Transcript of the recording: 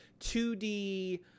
2D